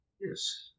Yes